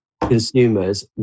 consumers